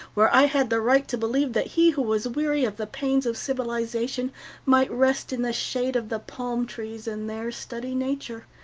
where i had the right to believe that he who was weary of the pains of civilization might rest in the shade of the palm trees and there study nature.